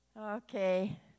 Okay